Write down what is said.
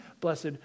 blessed